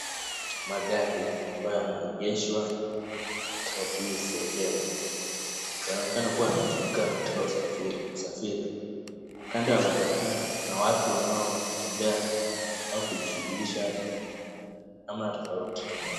Magari ambayo yameegeshwa katika hii sehemu, yanaonekana kuwa yametumika katika usafiri. Kando ya magari hayo kuna watu wanaotembea au kujishughulisha namna tofauti.